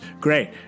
Great